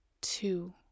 Two